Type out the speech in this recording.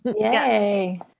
Yay